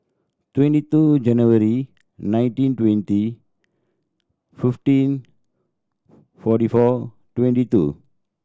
twenty two January nineteen twenty fifteen forty four twenty two